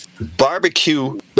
barbecue